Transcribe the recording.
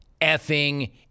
effing